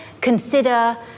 consider